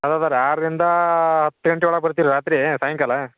ಅಲ್ಲ ಸರ್ ಆರರಿಂದ ಹತ್ತು ಗಂಟೆಯೊಳಗೆ ಬರ್ತೀರಿ ರಾತ್ರಿ ಸಾಯಂಕಾಲ